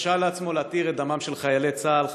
הרשה לעצמו להתיר את דמם של חיילי צה"ל.